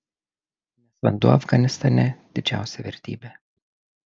nes vanduo afganistane didžiausia vertybė